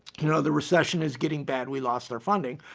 you know, the recession is getting bad, we lost our funding,